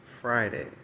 Friday